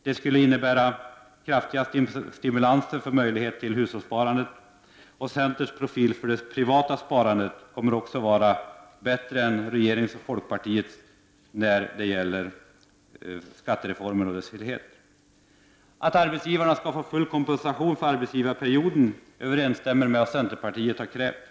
Det skulle innebära kraftiga stimulanser och möjligheter till hushållssparande. Centerns profil för det privata sparandet kommer också att vara bättre än regeringens och folkpartiets i skattereformen. Att arbetsgivarna skall få full kompensation för arbesgivarperioden överensstämmer med vad centern har krävt.